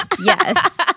yes